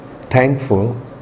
thankful